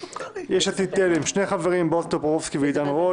יש עתיד-תל"ם שני חברים: בועז טופורובסקי ועידן רול,